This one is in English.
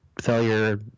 failure